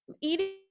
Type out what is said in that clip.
eating